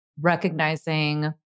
recognizing